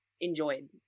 enjoyed